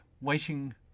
waiting